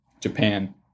Japan